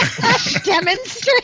Demonstrate